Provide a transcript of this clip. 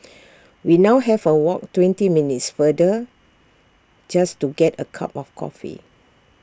we now have A walk twenty minutes farther just to get A cup of coffee